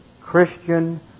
Christian